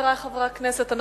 חברי חברי הכנסת,